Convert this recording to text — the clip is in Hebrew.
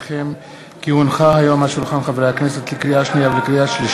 הכספים להכנה לקריאה שנייה ושלישית.